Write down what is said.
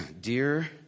Dear